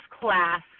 class